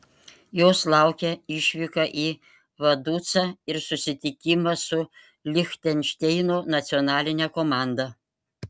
jos laukia išvyka į vaducą ir susitikimas su lichtenšteino nacionaline komanda